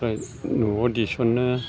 न'याव दिसन्नो